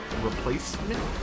replacement